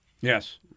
yes